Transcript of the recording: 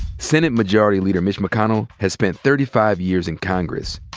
senate majority leader mitch mcconnell has spent thirty five years in congress.